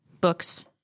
books